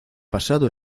pasado